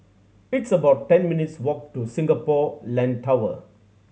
it's about ten minutes' walk to Singapore Land Tower